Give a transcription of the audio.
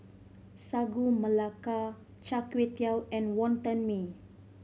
Sagu Melaka Char Kway Teow and Wonton Mee